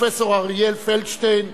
פרופסור אריאל פלדשטיין,